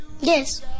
Yes